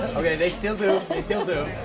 okay, they still do, they still do.